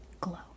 glow